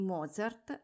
Mozart